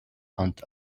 hunt